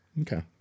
okay